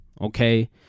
okay